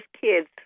kids